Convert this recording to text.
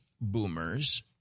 boomers –